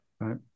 Right